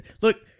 Look